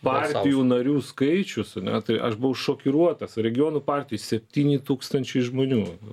partijų narių skaičius ane tai aš buvau šokiruotas regionų partijoj septyni tūkstančiai žmonių